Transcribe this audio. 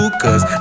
cause